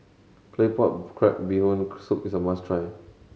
Claypot Crab Bee Hoon Soup is a must try